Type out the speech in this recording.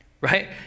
Right